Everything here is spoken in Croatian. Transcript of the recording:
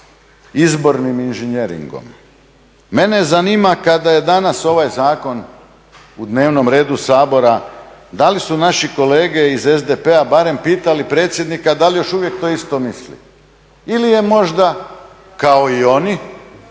izbornim inženjeringom. Mene zanima kada je danas ovaj zakon u dnevnom redu Sabora da li su naši kolege iz SDP-a barem pitali predsjednika da li još uvijek to isto misli ili je možda kao i oni